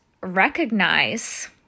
recognize